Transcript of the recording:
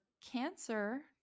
cancer